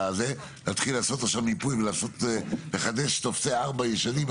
להתחיל לעשות עכשיו מיפוי ולחדש טופסי 4 ישנים.